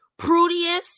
Prudius